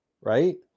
Right